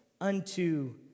unto